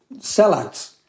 sellouts